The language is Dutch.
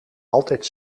altijd